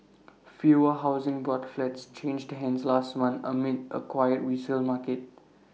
fewer Housing Board flats changed hands last month amid A quiet resale market